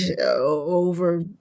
over